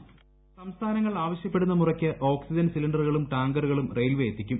voice സംസ്ഥാനങ്ങൾ ആവശ്യപ്പെടുന്ന മുറയ്ക്ക് ഓക്സിജൻ സിലിണ്ടറുകളും ടാങ്കറുകളും റെയിൽവെ എത്തിക്കും